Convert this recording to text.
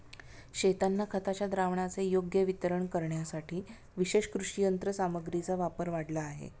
शेतांना खताच्या द्रावणाचे योग्य वितरण करण्यासाठी विशेष कृषी यंत्रसामग्रीचा वापर वाढला आहे